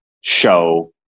show